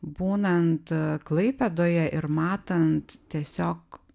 būnant klaipėdoje ir matant tiesiog